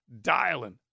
dialing